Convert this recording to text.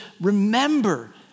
remember